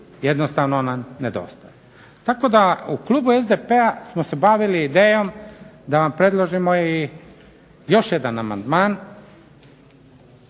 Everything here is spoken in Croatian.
jednostavno nam nedostaje. Tako da u klubu SDP-a smo se bavili idejom da vam predložimo i još jedan amandman